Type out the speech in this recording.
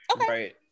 Okay